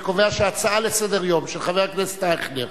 אני קובע שההצעה לסדר-היום של חבר הכנסת אייכלר,